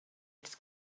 its